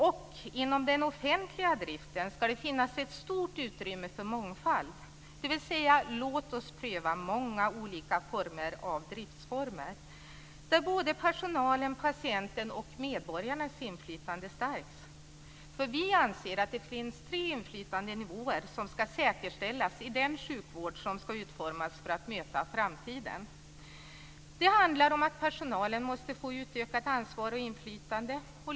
Det ska inom den offentliga driften finnas ett stort utrymme för mångfald. Låt oss pröva många olika driftsformer där personalens, patientens och medborgarnas inflytande stärks. Vi anser att det är tre inflytandenivåer som ska säkerställas i den sjukvård som ska utformas för att möta framtiden. Det handlar för det första om att personalen måste få utökat ansvar och inflytande.